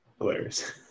Hilarious